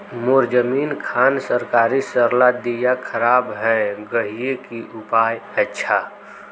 मोर जमीन खान सरकारी सरला दीया खराब है गहिये की उपाय अच्छा?